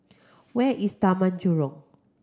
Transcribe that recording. where is Taman Jurong